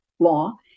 Law